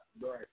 Right